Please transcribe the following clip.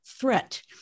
threat